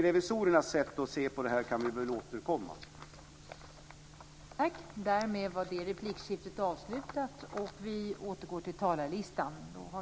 Revisorernas sätt att se på detta kan vi väl återkomma till.